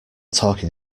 talking